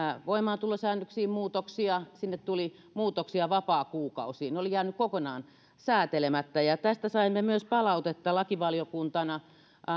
voimaantulosäännöksiin muutoksia sinne tuli muutoksia vapaakuukausiin ne olivat jääneet kokonaan sääntelemättä tästä saimme myös palautetta lakivaliokuntana